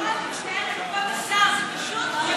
אני מאוד מצטערת, כבוד השר, זה פשוט מבזה.